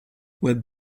what